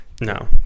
No